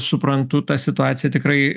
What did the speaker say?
suprantu ta situacija tikrai